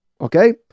Okay